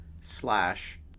slash